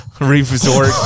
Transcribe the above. resort